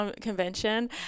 convention